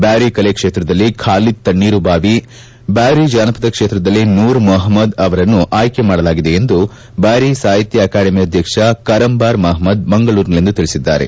ಬ್ಬಾರಿ ಕಲೆ ಕ್ಷೇತ್ರದಲ್ಲಿ ಬಾಲಿದ್ ತಣ್ಣೇರುಬಾವಿ ಬ್ವಾರಿ ಜಾನಪದ ಕ್ಷೇತ್ರದಲ್ಲಿ ನೂರ್ ಮುಪಮ್ದ್ ಅವರನ್ನು ಆಯ್ಲಿ ಮಾಡಲಾಗಿದೆ ಎಂದು ಬ್ವಾರಿ ಸಾಹಿತ್ಯ ಅಕಾಡೆಮಿ ಅಧ್ಯಕ್ಷ ಕರಂಬಾರ್ ಮಹಮದ್ ಮಂಗಳೂರಿನಲ್ಲಿಂದು ತಿಳಿಸಿದ್ದಾರೆ